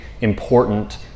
important